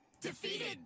Defeated